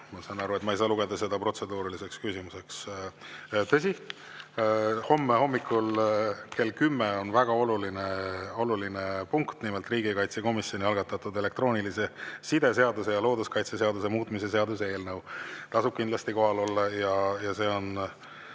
ma saan aru. Ma ei saa lugeda seda protseduuriliseks küsimuseks. Aga homme hommikul kell kümme on väga oluline punkt, nimelt riigikaitsekomisjoni algatatud elektroonilise side seaduse ja looduskaitseseaduse muutmise seaduse eelnõu. Tasub kindlasti kohal olla. See on